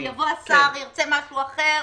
השר ירצה משהו אחר,